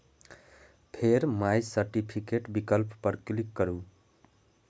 फेर माइ सर्टिफिकेट विकल्प पर क्लिक करू